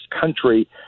country